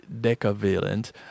decavalent